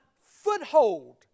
foothold